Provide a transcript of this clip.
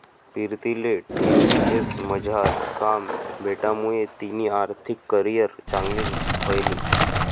पीरतीले टी.सी.एस मझार काम भेटामुये तिनी आर्थिक करीयर चांगली व्हयनी